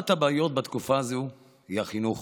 אחת הבעיות בתקופה זו היא החינוך.